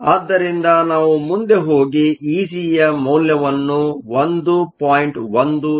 ಆದ್ದರಿಂದ ನಾವು ಮುಂದೆ ಹೋಗಿ Egಇಜಿಯ ಮೌಲ್ಯವನ್ನು 1